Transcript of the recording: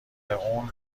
اون